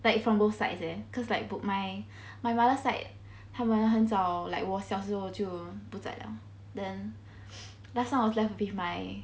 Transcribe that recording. like from both sides eh cause like my my mother side 他们很早 like 我小时候时侯就不在 liao then last time I was left with my